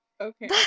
Okay